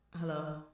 Hello